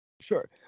Sure